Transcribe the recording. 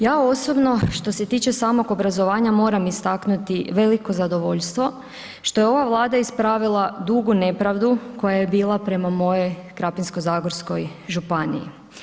Ja osobno što se tiče samog obrazovanja moram istaknuti veliko zadovoljstvo što je ova Vlada ispravila dugu nepravdu koja je bila prema mojoj Krapinsko-zagorskoj županiji.